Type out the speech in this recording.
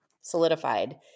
solidified